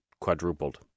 quadrupled